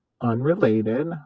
unrelated